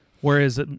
whereas